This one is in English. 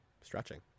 stretching